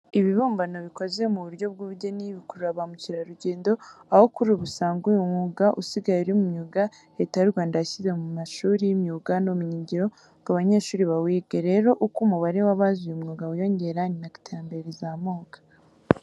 Ibibumbano bikoze mu buryo bw'ubugeni bikurura ba mukerarugendo. Aho kuri ubu, usanga uyu mwuga usigaye uri mu myuga Leta y'u Rwanda yashyize mu mashuri y'imyuga n'ubumenyingiro ngo abanyeshuri bawige. Rero uko umubare w'abazi uyu mwuga wiyongera ni na ko iterambere rizamuka.